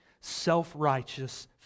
self-righteous